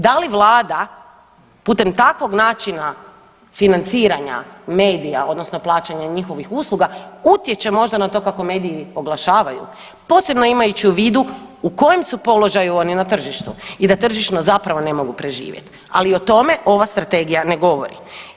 Da li vlada putem takvog načina financiranja medija odnosno plaćanja njihovih usluga utječe možda na to kako mediji oglašavaju, posebno imajući u vidu u kojem su položaju oni na tržištu i da tržišno zapravo ne mogu preživjet, ali o tome ova strategija ne govori.